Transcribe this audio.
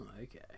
okay